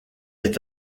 est